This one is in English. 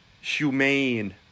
humane